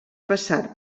passar